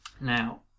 Now